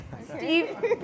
Steve